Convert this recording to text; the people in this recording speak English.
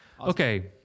Okay